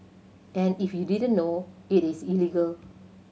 and if you didn't know it is illegal